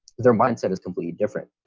their mindset is completely different.